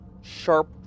sharp